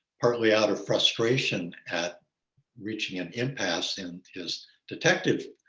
partly out of frustration had reaching an impasse in his detective